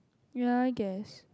ya I guess